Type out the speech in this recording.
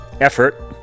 effort